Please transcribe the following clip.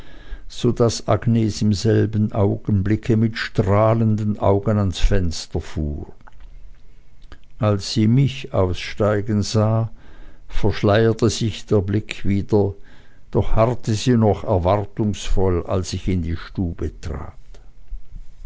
so daß agnes im selben augenblicke mit strahlenden augen ans fenster fuhr als sie mich aussteigen sah verschleierte sich der blick wieder doch harrte sie noch erwartungsvoll als ich in die stube trat